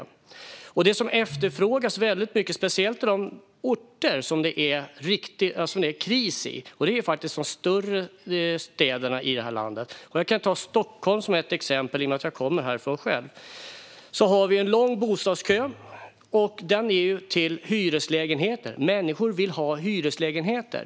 Det finns något som efterfrågas väldigt mycket, speciellt i de orter som det är kris i, vilket faktiskt är de större städerna i det här landet. Jag kan ta Stockholm som ett exempel i och med att jag kommer härifrån själv. Vi har en lång bostadskö, och kön gäller hyreslägenheter. Människor vill ha hyreslägenheter.